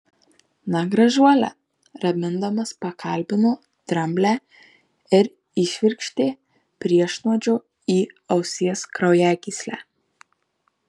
na gražuole ramindamas pakalbino dramblę ir įšvirkštė priešnuodžio į ausies kraujagyslę